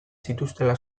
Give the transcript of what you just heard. zituztela